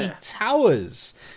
Towers